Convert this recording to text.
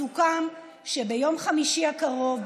סוכם שביום חמישי הקרוב,